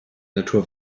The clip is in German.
natur